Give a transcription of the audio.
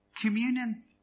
Communion